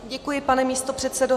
Děkuji, pane místopředsedo.